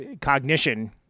cognition